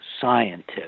scientist